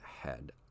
head